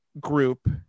group